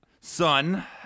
son